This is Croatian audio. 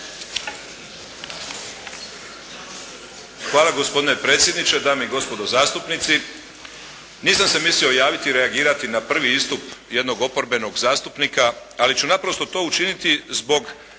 Hvala gospodine predsjedniče, dame i gospodo zastupnici. Nisam se mislio javiti, reagirati na prvi istup jednog oporbenog zastupnika ali ću naprosto to učiniti zbog